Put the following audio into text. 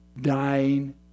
dying